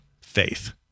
faith